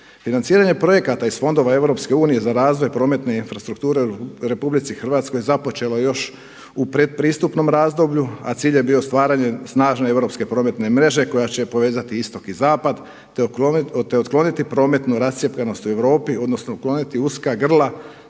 Financiranje projekata iz fondova EU za razvoj prometne infrastrukture u RH započelo je još u pretpristupnom razdoblju, a cilj je bio stvaranje snažne europske prometne mreže koja će povezati istok i zapad, te otkloniti prometnu rascjepkanost u Europu odnosno otkloniti uska grla